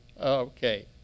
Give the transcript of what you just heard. Okay